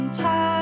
time